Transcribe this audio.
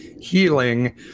Healing